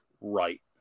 right